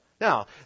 Now